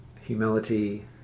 humility